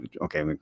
okay